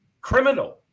criminal